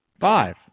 Five